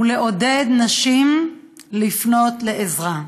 ולעודד נשים לפנות לעזרה.